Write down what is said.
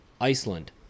Iceland